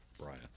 Brian